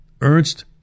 Ernst